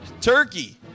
turkey